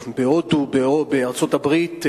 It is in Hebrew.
בהודו, בארצות-הברית.